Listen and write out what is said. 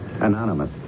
Anonymous